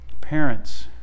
Parents